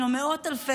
אם לא מאות אלפי,